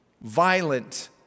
violent